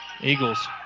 Eagles